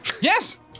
Yes